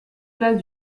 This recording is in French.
place